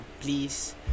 please